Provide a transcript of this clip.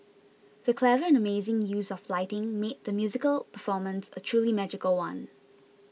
the clever and amazing use of lighting made the musical performance a truly magical one